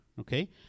okay